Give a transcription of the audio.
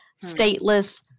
stateless